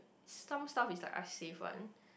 some stuff is like I save one